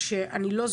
אני לא זוכרת,